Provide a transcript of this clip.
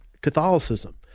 Catholicism